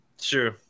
sure